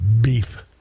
beef